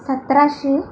सतराशे